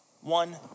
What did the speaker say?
one